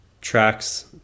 tracks